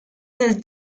del